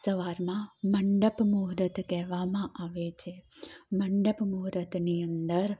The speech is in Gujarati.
સવારમાં મંડપ મૂહુર્ત કહેવામાં આવે છે મંડપ મૂહુર્તની અંદર